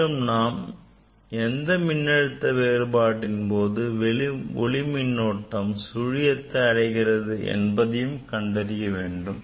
மேலும் எந்த மின்னழுத்த வேறுபாட்டின் போது ஒளி மின்னோட்டம் சூழியத்தை அடைகிறது என்பதையும் கண்டறிய வேண்டும்